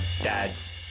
Dads